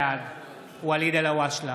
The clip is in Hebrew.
בעד ואליד אלהואשלה,